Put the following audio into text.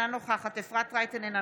אינה נוכחת אפרת רייטן מרום,